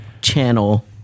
channel